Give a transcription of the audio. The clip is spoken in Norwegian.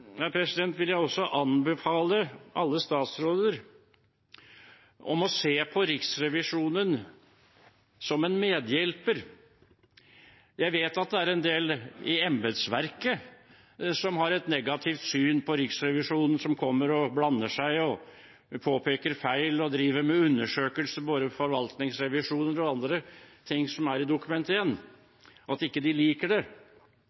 vil jeg også anbefale alle statsråder om å se på Riksrevisjonen som en medhjelper. Jeg vet at det er en del i embetsverket som har et negativt syn på Riksrevisjonen, som kommer og blander seg, påpeker feil og driver med undersøkelser, både forvaltningsrevisjoner og andre ting som er i Dokument 1, og at de ikke liker det.